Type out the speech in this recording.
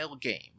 game